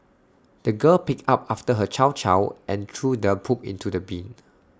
the girl picked up after her chow chow and threw the poop into the bin